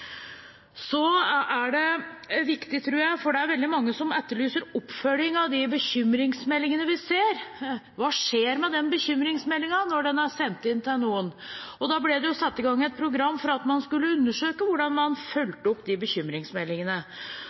Det er veldig mange som etterlyser oppfølging av bekymringsmeldingene vi ser. Hva skjer med bekymringsmeldingen når den er sendt inn til noen? Det ble satt i gang et program for å undersøke hvordan man fulgte opp bekymringsmeldingene,